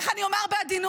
איך אני אומר בעדינות,